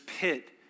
pit